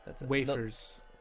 Wafers